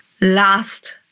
last